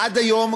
עד היום,